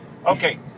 Okay